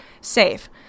safe